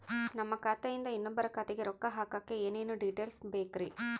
ನಮ್ಮ ಖಾತೆಯಿಂದ ಇನ್ನೊಬ್ಬರ ಖಾತೆಗೆ ರೊಕ್ಕ ಹಾಕಕ್ಕೆ ಏನೇನು ಡೇಟೇಲ್ಸ್ ಬೇಕರಿ?